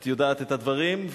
את יודעת את הדברים,